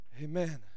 amen